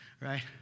right